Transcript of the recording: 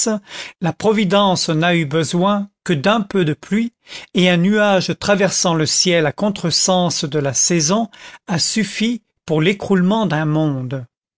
la providence n'a eu besoin que d'un peu de pluie et un nuage traversant le ciel à contre-sens de la saison a suffi pour l'écroulement d'un monde